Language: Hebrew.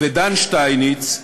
ודן שטייניץ,